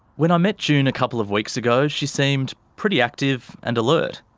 when i met june a couple of weeks ago, she seemed pretty active and alert.